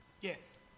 Yes